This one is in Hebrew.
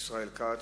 ישראל כץ.